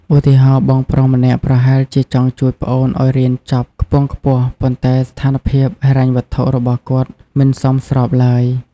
ឧទាហរណ៍ បងប្រុសម្នាក់ប្រហែលជាចង់ជួយប្អូនឱ្យរៀនចប់ខ្ពង់ខ្ពស់ ប៉ុន្តែស្ថានភាពហិរញ្ញវត្ថុរបស់គាត់មិនសមស្របឡើយ។